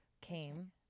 came